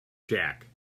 jack